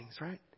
right